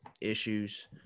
issues